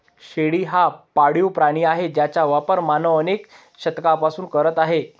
शेळी हा पाळीव प्राणी आहे ज्याचा वापर मानव अनेक शतकांपासून करत आहे